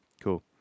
cool